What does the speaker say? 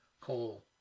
coal